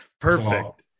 Perfect